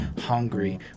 hungry